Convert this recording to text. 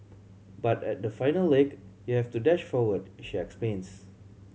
but at the final leg you have to dash forward she explains